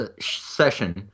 session